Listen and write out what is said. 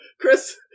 Chris